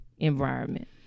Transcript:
environment